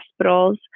hospitals